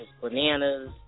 bananas